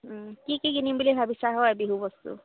কি কি কিনিম বুলি ভাবিছা হয় বিহু বস্তু